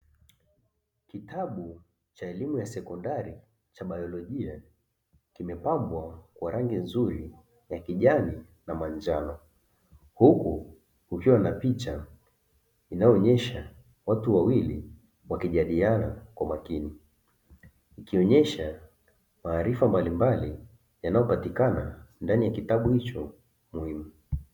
Kitabu cha elimu ya sekondari cha baiolojia, kimepambwa kwa rangi nzuri ya kijani na manjano, huku kukiwa na picha inayoonyesha watu wawili wakijadiliana kwa makini, ikionyesha maarifa mbalimbali yanayopatikana ndani ya kitabu hicho muhimu.